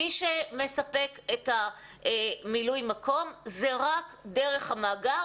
מי שמספק את מילוי המקום זה רק דרך המאגר